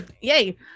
Yay